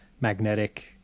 magnetic